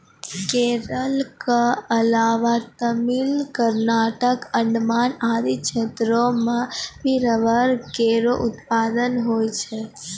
केरल क अलावा तमिलनाडु, कर्नाटक, अंडमान आदि क्षेत्रो म भी रबड़ केरो उत्पादन होय छै